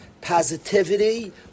positivity